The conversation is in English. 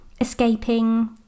escaping